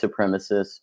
supremacists